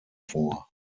vor